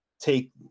Take